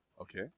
Okay